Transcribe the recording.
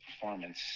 performance